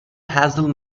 hassle